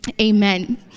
amen